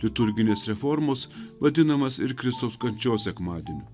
liturginės reformos vadinamas ir kristaus kančios sekmadieniu